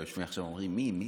ואומרים עכשיו: מי זה,